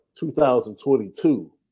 2022